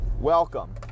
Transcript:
welcome